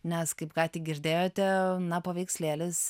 nes kaip ką tik girdėjote na paveikslėlis